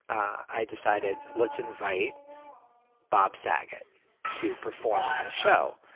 i decided, let's invite bob saget to perform in this show,